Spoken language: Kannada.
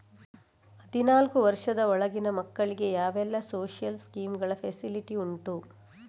ಹದಿನಾಲ್ಕು ವರ್ಷದ ಒಳಗಿನ ಮಕ್ಕಳಿಗೆ ಯಾವೆಲ್ಲ ಸೋಶಿಯಲ್ ಸ್ಕೀಂಗಳ ಫೆಸಿಲಿಟಿ ಉಂಟು?